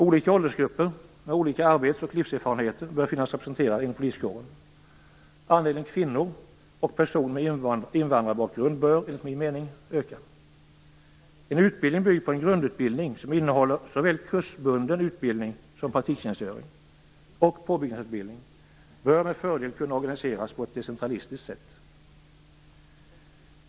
Olika åldersgrupper med olika arbets och livserfarenheter bör finnas representerade inom poliskåren. Andelen kvinnor och personer med invandrarbakgrund bör enligt min mening öka. En utbildning byggd på dels en grundutbildning som innehåller såväl kursbunden utbildning som praktiktjänstgöring, och dels en påbyggnadsutbildning bör med fördel kunna organiseras på ett decentralistiskt sätt.